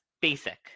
basic